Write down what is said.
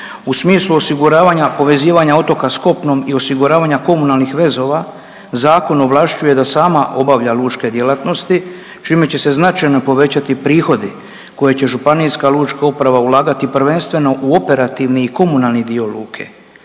u smislu osiguravanja povezivanja otoka s kopnom i osiguravanja komunalnih vezova zakon ovlašćuje da sama obavlja lučke djelatnosti čime će se značajno povećati prihodi koje će županijska lučka uprava ulagati prvenstveno u operativni i komunalni dio luke.